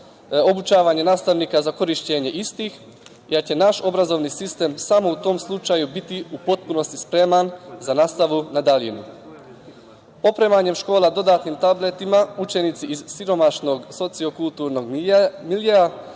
obučavanje nastavnika za korišćenje istih, jer će naš obrazovni sistem samo u tom slučaju biti u potpunosti spreman za nastavu na daljinu. Opremanjem škola dodatnim tabletima, učenicima iz siromašnog socijalno kulturnog miljea